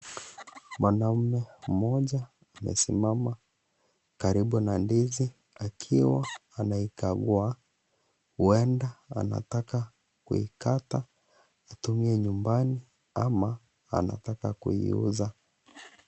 Mwanaume mmoja amesimama karibu na ndizi akiwa anaikagua huenda anataka kuikata atumie nyumbani ama anataka kuiuza.